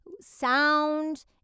Sound